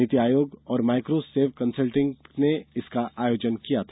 नीति आयोग और MicroSave Consulting ने इसका आयोजन किया था